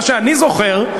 מה שאני זוכר,